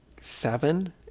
seven